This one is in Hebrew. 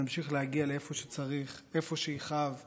נמשיך להגיע לאיפה שצריך, איפה שיכאב לישראלים,